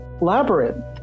labyrinth